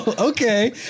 Okay